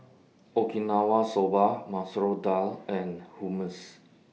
Okinawa Soba Masoor Dal and Hummus